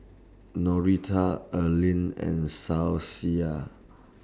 Norita Arlen and